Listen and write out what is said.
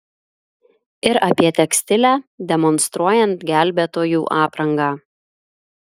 ir apie tekstilę demonstruojant gelbėtojų aprangą